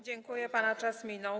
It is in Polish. Dziękuję, pana czas minął.